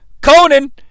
Conan